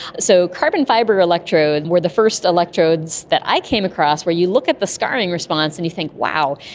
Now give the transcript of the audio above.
so carbon fibre electrode were the first electrodes that i came across where you look at the scarring response and you think, wow,